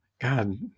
God